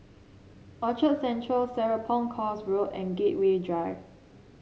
Orchard Central Serapong Course Road and Gateway Drive